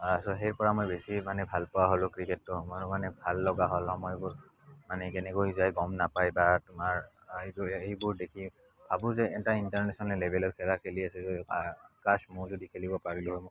তাৰ পাছত সেই পৰা মই বেছি মানে ভাল পোৱা হ'লোঁ ক্ৰিকেটটো মই মানে ভাল লগা হ'ল সময়বোৰ মানে কেনেকৈ যায় গম নাপায় বা তোমাৰ এইবোৰ দেখি ভাবোঁ যে এটা ইণ্টাৰনেশ্যনেল লেবেলৰ খেলা খেলি আছে কাছ মইও যদি খেলিব পাৰিলোঁ হয়